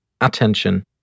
attention